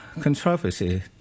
controversy